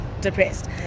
depressed